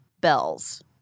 bells